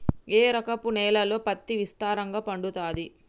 ఏ రకపు నేలల్లో పత్తి విస్తారంగా పండుతది?